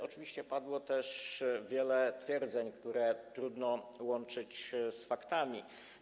Oczywiście padło też wiele twierdzeń, które trudno łączyć z faktami.